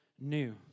new